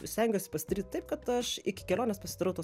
stengiuosi pasidaryt taip kad aš iki kelionės pasidarau tuos